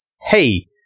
hey